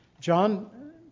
John